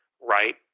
right